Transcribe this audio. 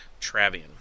Travian